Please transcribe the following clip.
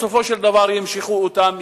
בסופו של דבר ימשכו אותן,